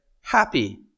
happy